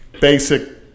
basic